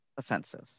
offensive